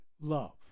love